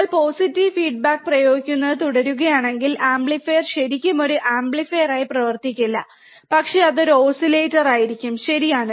നിങ്ങൾ positive feedback പ്രയോഗിക്കുന്നത് തുടരുകയാണെങ്കിൽ ആംപ്ലിഫയർ ശരിക്കും ഒരു ആംപ്ലിഫയർ ആയി പ്രവർത്തിക്കില്ല പക്ഷേ അത് ഒരു ഓസിലേറ്റർ ആയിരിക്കും ശരിയാണ്